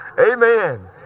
Amen